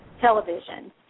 television